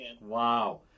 Wow